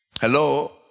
Hello